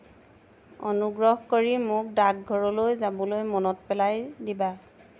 অনুগ্ৰহ কৰি মোক ডাকঘৰলৈ যাবলৈ মনত পেলাই দিবা